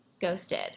ghosted